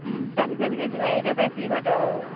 ଚାଲି ଚାଲିକି ଯିବା ଏଇଟା ତ ଏତିକି ବାଟ ଆଉ